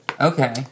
Okay